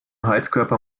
heizkörper